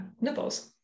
nipples